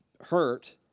hurt